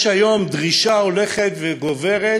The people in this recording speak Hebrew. יש היום דרישה הולכת וגוברת,